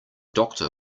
doctor